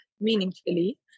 meaningfully